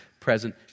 present